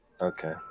Okay